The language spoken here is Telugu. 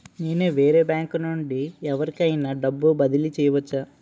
నేను వేరే బ్యాంకు నుండి ఎవరికైనా డబ్బు బదిలీ చేయవచ్చా?